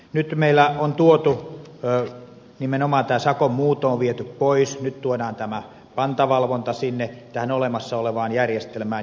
nyt meillä on nimenomaan sakon muunto viety pois nyt tuodaan pantavalvonta tähän olemassa olevaan järjestelmään